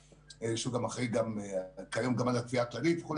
שהוא גם אחראי כיום גם על התביעה הכללית וכו',